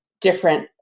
different